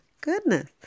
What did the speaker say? goodness